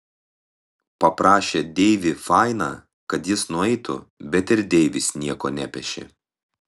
paprašė deivį fainą kad jis nueitų bet ir deivis nieko nepešė